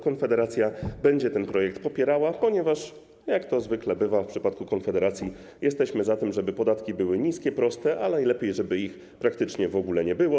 Konfederacja będzie ten projekt popierała, ponieważ, jak to zwykle bywa w przypadku Konfederacji, jesteśmy za tym, żeby podatki były niskie, proste, a najlepiej żeby ich praktycznie w ogóle nie było.